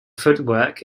footwork